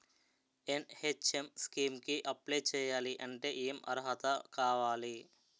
NHM scheme కి apply చేయాలి అంటే ఏ అర్హత కావాలి?